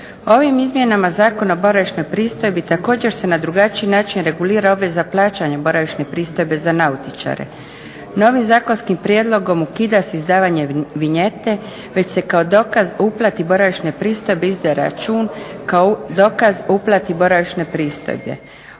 Ovim Izmjenama zakona o boravišnoj pristojbi također se na drugačiji način regulira obveza plaćanja boravišne pristojbe za nautičare. Novim zakonskim prijedlogom ukida se izdavanje vinjete već se kao dokaz uplati boravišne pristojbe izdaje račun kao dokaz uplati boravišne pristojbe.